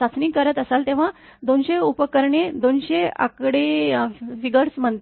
चाचणी करत असाल तेव्हा २०० उपकरणे २०० आकडे म्हणतात